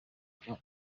bajya